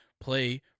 play